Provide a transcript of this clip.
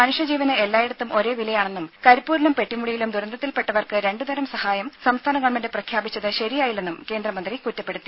മനുഷ്യ ജീവന് എല്ലായിടത്തും ഒരേ വിലയാണെന്നും കരിപ്പൂരിലും പെട്ടിമുടിയിലും ദുരന്തത്തിൽ പെട്ടവർക്ക് രണ്ടു തരം സഹായം സംസ്ഥാന ഗവൺമെന്റ് പ്രഖ്യാപിച്ചത് ശരിയായില്ലെന്നും കേന്ദ്രമന്ത്രി കുറ്റപ്പെടുത്തി